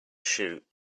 shoot